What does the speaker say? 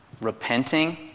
repenting